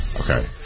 Okay